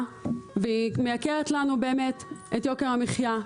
והיא מייקרת לנו באמת את יוקר המחייה.